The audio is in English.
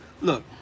look